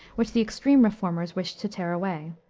which the extreme reformers wished to tear away.